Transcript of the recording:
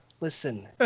listen